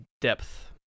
depth